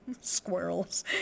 Squirrels